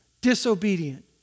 disobedient